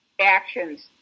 actions